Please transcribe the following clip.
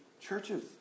churches